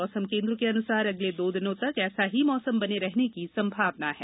मौसम केन्द्र के अनुसार अगले दो दिनों तक ऐसा ही मौसम बने रहने की संभावना है